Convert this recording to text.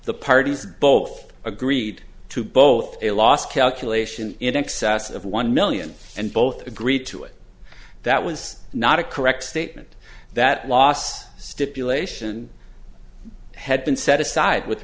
the parties both agreed to both last calculation in excess of one million and both agreed to it that was not a correct statement that loss stipulation had been set aside with